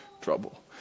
trouble